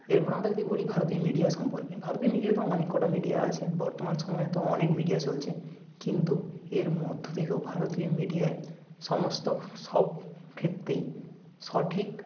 এরপর আমরা যদি বলি ভারতীয় মিডিয়া সম্পর্কে ভারতীয় মিডিয়া তো অনেক কটা মিডিয়া আছে বর্তমান সময়ে তো অনেক মিডিয়া চলছে কিন্তু এর মধ্য থেকেও ভারতীয় মিডিয়ায় সমস্ত সবক্ষেত্রেই সঠিক